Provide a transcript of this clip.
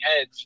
edge